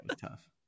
tough